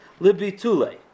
libitule